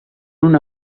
una